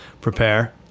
prepare